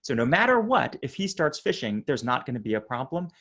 so no matter what if he starts fishing, there's not going to be a problem.